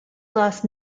lost